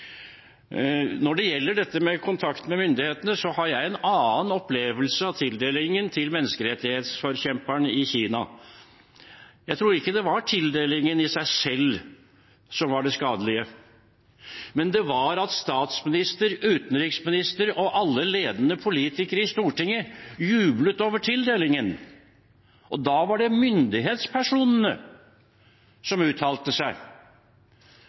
Når det gjelder dette med kontakt med myndighetene, har jeg en annen opplevelse av tildelingen til menneskerettighetsforkjemperen i Kina. Jeg tror ikke det var tildelingen i seg selv som var det skadelige, men det at statsminister, utenriksminister og alle ledende politikere i Stortinget jublet over tildelingen. Da var det myndighetspersonene som uttalte seg,